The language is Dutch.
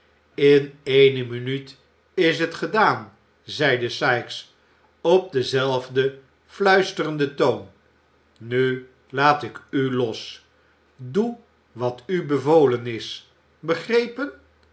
in ééne minuut is het gedaan zeide sikes op denzelfden f luisterenden toon nu laat ik ulos doe wat u bevolen is begrepen